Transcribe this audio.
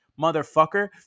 motherfucker